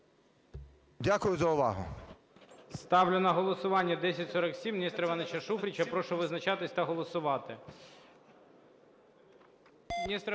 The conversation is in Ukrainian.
Дякую за увагу.